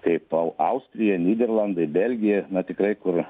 kaip au austrija nyderlandai belgija na tikrai kur